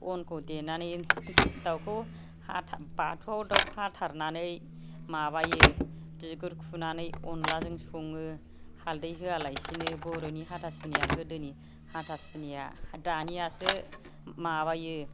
अनखौ देनानै दाउखौ हाथार बाथौआव दाउ हाथारनानै माबायो बिगुर खुनानै अनलाजों सङो हालदै होया लासेनो बर'नि हाथा सुनियाव गोदोनि हाथासुनिया दानियासो माबायो